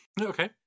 Okay